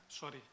Sorry